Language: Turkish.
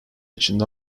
içinde